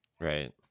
Right